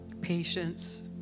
patience